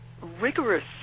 rigorous